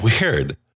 Weird